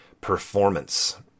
performance